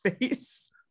face